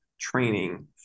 training